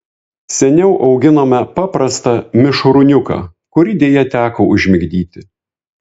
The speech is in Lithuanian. seniau auginome paprastą mišrūniuką kurį deja teko užmigdyti